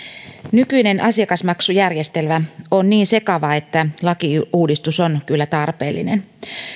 nykyinen asiakasmaksujärjestelmä on niin sekava että lakiuudistus on kyllä tarpeellinen